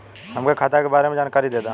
हमके खाता के बारे में जानकारी देदा?